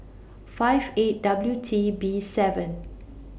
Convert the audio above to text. five eight W T B seven